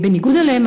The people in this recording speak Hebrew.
בניגוד אליהם,